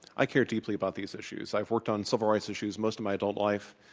i care deeply about these issues. i have worked on civil rights issues most of my adult life.